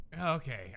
okay